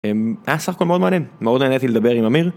היה סך הכל מאוד מעניין, מאוד נהניתי לדבר עם אמיר